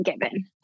given